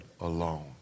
alone